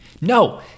No